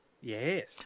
Yes